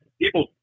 people